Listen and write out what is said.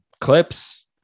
clips